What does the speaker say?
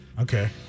Okay